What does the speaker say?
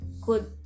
good